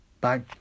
Bye